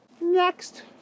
Next